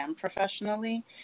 professionally